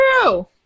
true